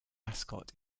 mascot